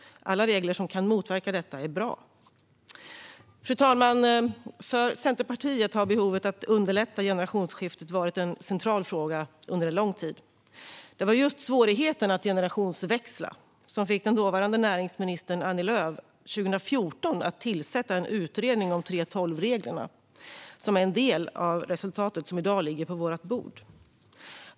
Alla regler som kan motverka detta är bra. Fru talman! För Centerpartiet har behovet att underlätta generationsskifte varit en central fråga under en lång tid. Det var just svårigheten att generationsväxla som fick den dåvarande näringsministern Annie Lööf att 2014 tillsätta en utredning om 3:12-reglerna, som är en del av resultatet som i dag ligger på vårt bord.